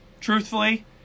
truthfully